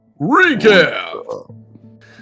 Recap